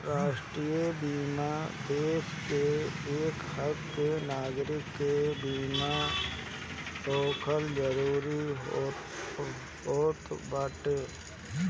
राष्ट्रीय बीमा देस के एकहक नागरीक के बीमा होखल जरूरी होत बाटे